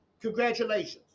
congratulations